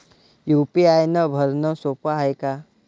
UPI भरनं सोप हाय का?